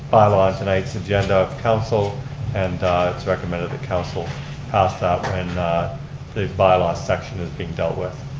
bylaw in tonight's agenda of council and it's recommended that council pass that and the bylaw section is being dealt with.